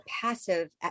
passive